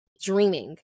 dreaming